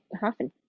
happen